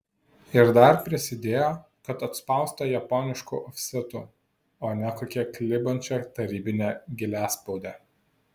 ir dar prisidėjo kad atspausta japonišku ofsetu o ne kokia klibančia tarybine giliaspaude